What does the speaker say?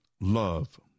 love